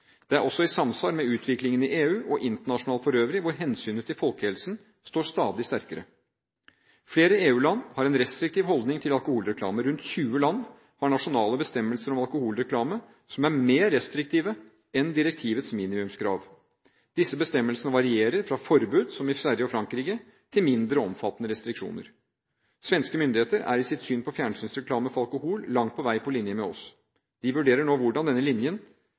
Det er også i samsvar med utviklingen i EU og internasjonalt for øvrig, hvor hensynet til folkehelsen står stadig sterkere. Flere EU-land har en restriktiv holdning til alkoholreklame. Rundt 20 land har nasjonale bestemmelser om alkoholreklame som er mer restriktive enn direktivets minimumskrav. Disse bestemmelsene varierer fra forbud, som i Sverige og i Frankrike, til mindre omfattende restriksjoner. Svenske myndigheter er i sitt syn på fjernsynsreklame for alkohol langt på vei på linje med oss. De vurderer nå hvordan denne linjen